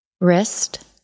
Wrist